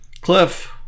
Cliff